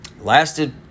lasted